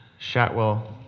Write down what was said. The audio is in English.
Shatwell